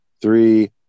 three